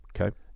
Okay